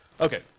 Okay